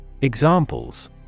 Examples